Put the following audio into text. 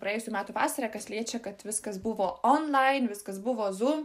praėjusių metų vasarą kas liečia kad viskas buvo onlain viskas buvo zum